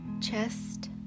chest